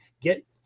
get